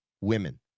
women